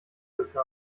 witze